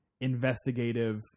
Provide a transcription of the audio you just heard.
investigative